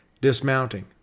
dismounting